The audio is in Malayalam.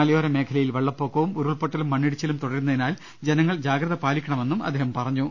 മലയോര മേഖലയിൽ വെള്ളപ്പൊക്കവും ഉരുൾപ്പൊട്ടലും മണ്ണിടിച്ചിലും തുടരുന്നതി നാൽ ജനങ്ങൾ ജാഗ്രത പാലിക്കണമെന്നും കലക്ടർ പറഞ്ഞു